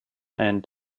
and